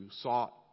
sought